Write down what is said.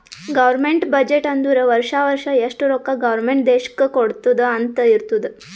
government budget ಅಂದುರ್ ವರ್ಷಾ ವರ್ಷಾ ಎಷ್ಟ ರೊಕ್ಕಾ ಗೌರ್ಮೆಂಟ್ ದೇಶ್ಕ್ ಕೊಡ್ತುದ್ ಅಂತ್ ಇರ್ತುದ್